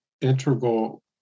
integral